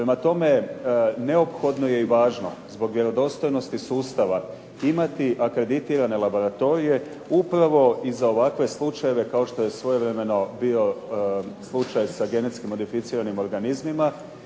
Prema tome, neophodno je i važno zbog vjerodostojnosti sustava imati akreditirane laboratorije upravo i za ovakve slučajeve kao što je svojevremeno bio slučaj sa genetski modificiranim organizmima